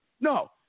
No